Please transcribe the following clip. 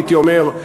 הייתי אומר,